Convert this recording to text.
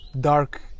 dark